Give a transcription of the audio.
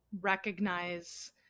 recognize